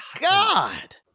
God